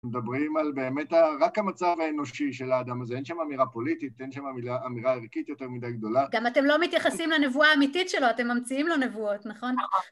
מדברים על באמת רק המצב האנושי של האדם הזה, אין שם אמירה פוליטית, אין שם אמירה ערכית יותר מדי גדולה. גם אתם לא מתייחסים לנבואה האמיתית שלו, אתם ממציאים לו נבואות, נכון?